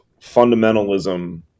fundamentalism